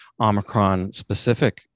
Omicron-specific